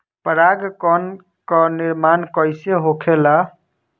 पराग कण क निर्माण कइसे होखेला?